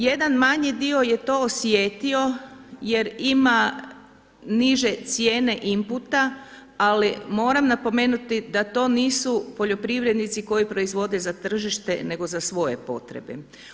Jedan manji dio je to osjetio jer ima niže cijene imputa, ali moram napomenuti da to nisu poljoprivrednici koji proizvode za tržište nego za svoje potrebe.